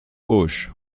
auch